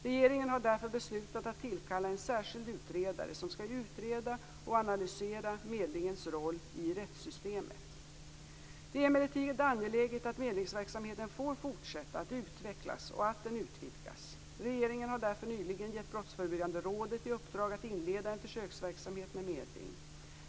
Regeringen har därför beslutat att tillkalla en särskild utredare som skall utreda och analysera medlingens roll i rättssystemet. Det är emellertid angeläget att medlingsverksamheten får fortsätta att utvecklas och att den utvidgas. Regeringen har därför nyligen gett Brottsförebyggande rådet i uppdrag att inleda en försöksverksamhet med medling.